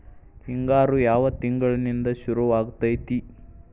ಹಿಂಗಾರು ಯಾವ ತಿಂಗಳಿನಿಂದ ಶುರುವಾಗತೈತಿ?